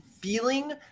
feeling